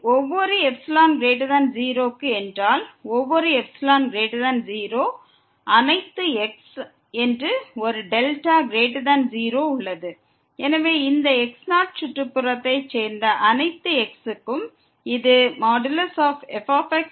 ஒவ்வொரு ε 0 க்கும் ஒவ்வொரு ε 0 அனைத்து xக்கும் ஒரு δ 0 என்று ஒன்று உள்ளது எனவே இந்த x0 சுற்றுப்புறத்தைச் சேர்ந்த அனைத்து x க்கும் இது fx LL